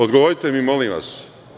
Odgovorite mi, molim vas.